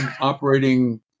operating